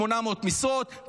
800 משרות,